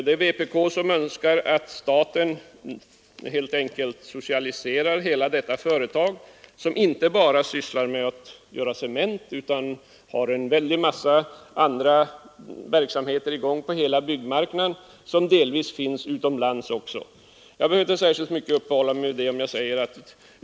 Det är vpk som önskar att staten helt enkelt socialiserar hela detta företag, som inte bara sysslar med att göra cement utan har en väldig massa andra verksamheter i gång på hela byggmarknaden och delvis också arbetar utomlands.